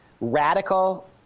radical